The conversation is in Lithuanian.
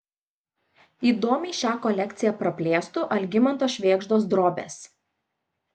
įdomiai šią kolekciją praplėstų algimanto švėgždos drobės